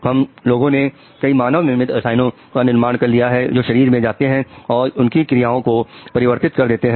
हम लोगों ने कई मानव निर्मित रसायनों का निर्माण कर लिया है जो शरीर में जाते हैं और उनकी क्रियाओं को परिवर्तित कर देते हैं